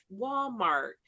Walmart